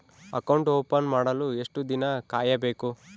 Account open ಮಾಡಲು ಎಷ್ಟು ದಿನ ಕಾಯಬೇಕು?